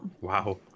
Wow